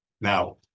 Now